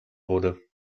wurde